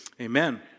amen